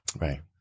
right